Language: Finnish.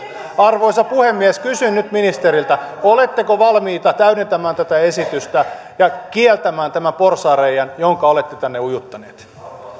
arvoisa puhemies kysyn nyt ministeriltä oletteko valmiita täydentämään esitystä ja kieltämään tämän porsaanreiän jonka olette tänne ujuttaneet